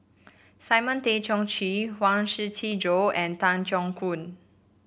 Simon Tay Seong Chee Huang Shiqi Joan and Tan Keong Choon